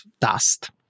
Dust